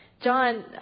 John